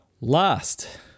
last